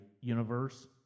universe